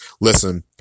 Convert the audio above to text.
Listen